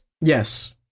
Yes